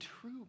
true